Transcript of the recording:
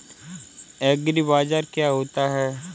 एग्रीबाजार क्या होता है?